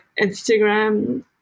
Instagram